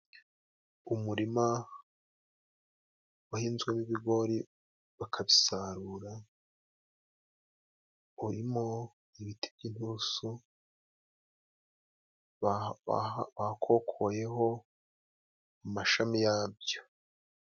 Umurima wahinzwemo ibigori bakabisarura, urimo ibiti by'inturusu bakokoyeho amashami yabyo.